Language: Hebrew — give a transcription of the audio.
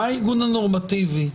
מה העיגון הנורמטיבי?